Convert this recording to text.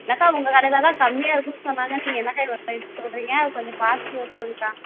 அக்கா உங்க கடையில் தான் கம்மியாருக்கும்ன்னு சொன்னாங்க நீங்கள் என்னாக்கா இவ்வளோ ரேட் சொல்கிறீங்க கொஞ்சம் பார்த்து ரேட்டு சொல்லுங்கக்கா